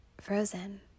frozen